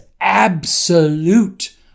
absolute